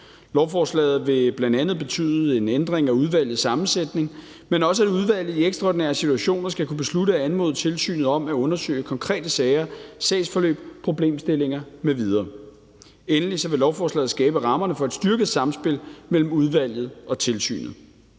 Lovforslaget vil bl.a. indebære en ændring af udvalgets sammensætning, men også, at udvalget i ekstraordinære situationer skal kunne beslutte at anmode tilsynet om at undersøge konkrete sager, sagsforløb, problemstillinger m.v. Endelig vil lovforslaget skabe rammerne for et styrket samspil mellem udvalget og tilsynet.